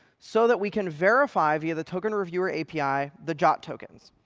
so that we can verify via the token reviewer api, the jwt tokens.